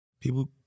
people